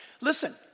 Listen